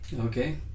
Okay